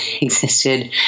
existed